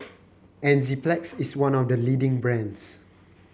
Enzyplex is one of the leading brands